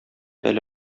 әле